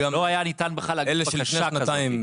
לא היה ניתן בכלל להגיש בקשה כזאת.